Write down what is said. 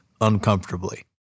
uncomfortably